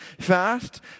fast